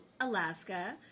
Alaska